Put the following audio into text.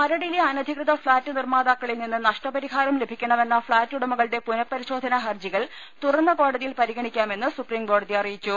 മരടിലെ അനധികൃത ഫ്ളാറ്റ് നിർമ്മാതാക്കളിൽ നിന്ന് നഷ്ടപ രിഹാരം ലഭിക്കണമെന്ന ഫ്ളാറ്റുടമകളുടെ പുനഃപരിശോധനാ ഹർജികൾ തുറന്ന കോടതിയിൽ പരിഗണിക്കാമെന്ന് സൂപ്രീം കോടതി അറിയിച്ചു